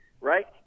right